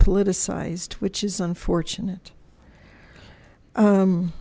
politicized which is unfortunate